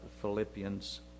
Philippians